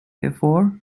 therefore